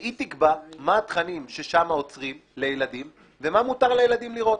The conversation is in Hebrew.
והיא תקבע מה התכנים ששם עוצרים לילדים ומה מותר לילדים לראות.